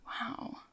wow